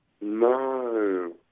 No